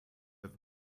have